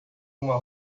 uma